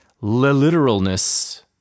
literalness